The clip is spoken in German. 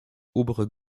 obere